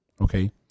okay